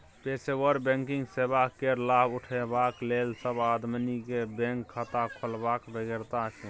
पेशेवर बैंकिंग सेवा केर लाभ उठेबाक लेल सब आदमी केँ बैंक खाता खोलबाक बेगरता छै